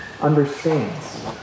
understands